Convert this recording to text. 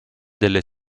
delle